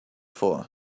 for